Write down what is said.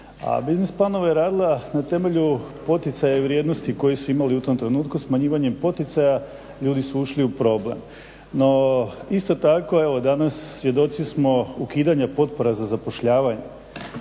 biznis planove je radila na temelju poticaja i vrijednosti koje su imali u tom trenutku, smanjivanjem poticaja ljudi su ušli u problem. No isto tako evo danas svjedoci smo ukidanje potpora za zapošljavanje,